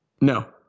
no